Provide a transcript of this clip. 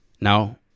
Now